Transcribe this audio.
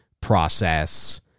process